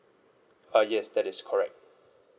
uh yes that is correct